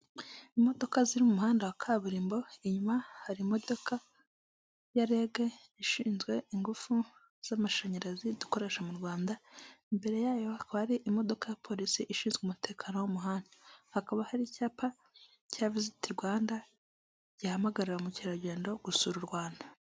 Imodoka ziri mu muhanda wa kaburimbo inyuma hari imodoka ya rege, ishinzwe ingufu z'amashanyarazi dukoresha mu Rwanda imbere yayo hakaba hari imodoka ya polisi ishinzwe umutekano wo mu muhanda, hakaba hari icyapa cya viziti Rwanda gihamagarira ba mukerarugendo gusura u Rwanda.